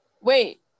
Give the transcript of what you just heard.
Wait